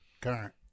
current